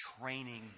training